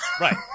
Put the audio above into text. Right